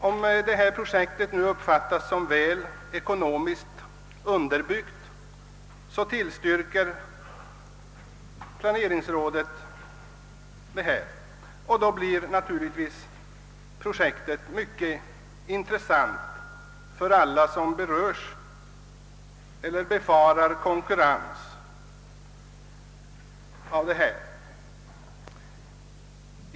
Om projektet uppfattas som väl ekonomiskt underbyggt tillstyrker pla neringsrådet det, och då blir naturligtvis projektet mycket intressant för alla som berörs eller befarar konkurrens.